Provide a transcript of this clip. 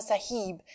Sahib